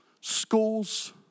schools